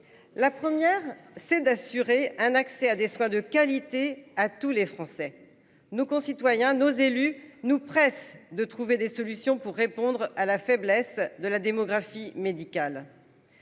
La première, c'est d'assurer un accès à des soins de qualité à tous les Français. Nos concitoyens nos élus nous presse de trouver des solutions pour répondre à la faiblesse de la démographie médicale.